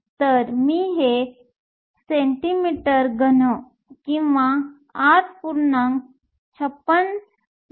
तर मी हे cm3 किंवा 8